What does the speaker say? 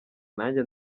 nanjye